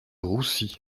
roussi